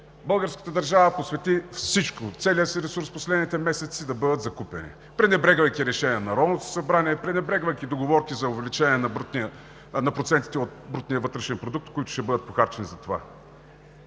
българската държава посвети всичко – целия си ресурс в последните месеци, да бъдат закупени, пренебрегвайки решение на Народното събрание, пренебрегвайки договорки за увеличение на процентите от брутния вътрешен продукт, които ще бъдат похарчени за това.